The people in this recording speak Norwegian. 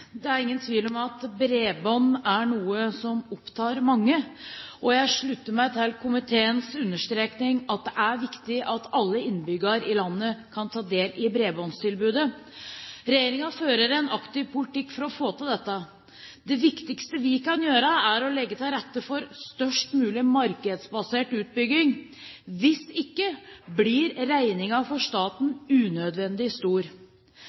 Det er ingen tvil om at bredbånd er noe som opptar mange, og jeg slutter meg til komiteens understrekning av at det er viktig at alle innbyggerne i landet kan ta del i bredbåndstilbudet. Regjeringen fører en aktiv politikk for å få til dette. Det viktigste vi kan gjøre, er å legge til rette for størst mulig markedsbasert utbygging. Hvis ikke blir regningen for staten unødvendig stor.